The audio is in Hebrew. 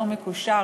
לא מקושר,